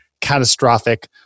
catastrophic